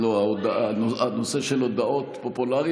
לא, הנושא של הודעות הוא פופולרי.